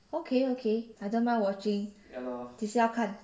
okay okay I don't mind watching 几时要看